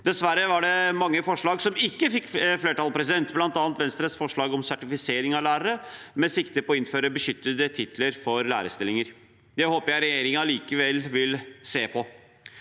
Dessverre var det mange forslag som ikke fikk flertall, bl.a. Venstres forslag om sertifisering av lærere, med sikte på å innføre beskyttede titler for lærerstillinger. Det håper jeg regjeringen likevel vil se på.